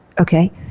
Okay